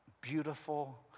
beautiful